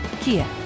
Kia